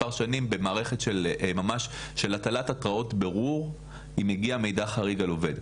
מספר שנים במערכת של ממש הטלת התראות בירור אם הגיע מידע חריג על עובד.